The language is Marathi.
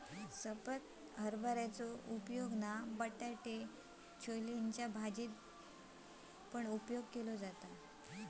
सफेद हरभऱ्याचो वापर बटाटो छोलेच्या भाजीत पण केलो जाता